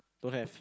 don't have